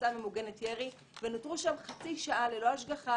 להסעה ממוגנת ירי ונותרו שם חצי שעה ללא השגחה,